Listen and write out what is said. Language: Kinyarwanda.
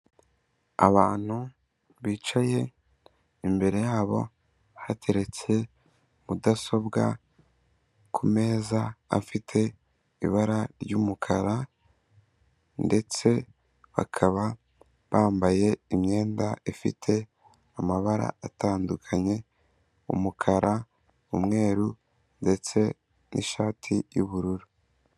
Abantu bicaye, imbere habo hateretse mudasobwa, ku meza afite ibara ry'umukara ndetse bakaba bambaye imyenda ifite amabara atandukanye, umukara, umweru ndetse n'ishati y'ubururu.